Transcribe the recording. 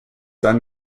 then